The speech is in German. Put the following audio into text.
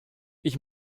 ich